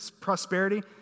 prosperity